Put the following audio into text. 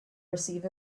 receive